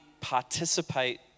participate